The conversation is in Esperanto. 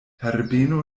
herbeno